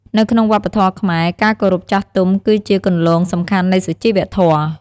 នៅក្នុងវប្បធម៌ខ្មែរ ការគោរពចាស់ទុំគឺជាគន្លងសំខាន់នៃសុជីវធម៌។